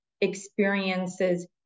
experiences